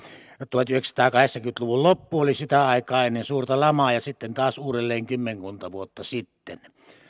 tuhatyhdeksänsataakahdeksankymmentä luvun loppu oli sitä aikaa ennen suurta lamaa ja sitten taas uudelleen kymmenkunta vuotta sitten